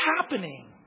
happening